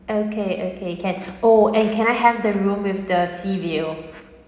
okay okay can oh and can I have the room with the sea view